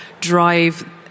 drive